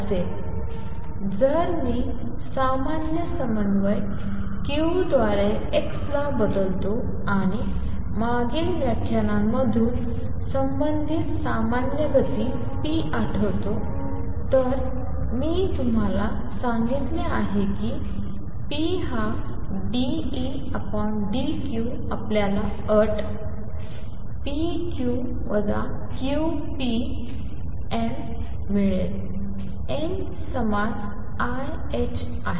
असेल जर मी सामान्य समन्वय q द्वारे x ला बदलतो आणि मागील व्याख्यानांमधून संबंधित सामान्य गती p आठवतो तर मी तुम्हाला सांगितले आहे की p हा d Ed q आपल्याला अट n n मिळेल n समान i आहे